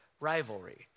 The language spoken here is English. rivalry